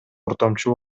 ортомчу